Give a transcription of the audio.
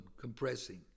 compressing